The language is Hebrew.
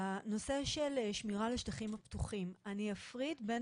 הנושא של שמירה על השטחים הפתוחים אני אפריד בין